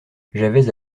j’avais